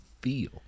feel